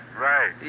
Right